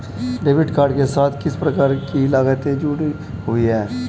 Debit card के साथ किस प्रकार की लागतें जुड़ी हुई हैं?